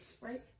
right